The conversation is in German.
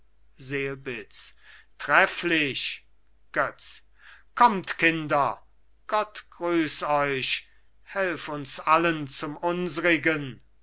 selbitz trefflich götz kommt kinder gott grüß euch helf uns allen zum unsrigen